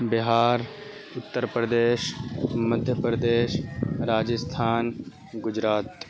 Bihar Uttar Pradesh Madhya Pradesh Rajasthan Gujarat